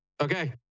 Okay